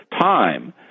time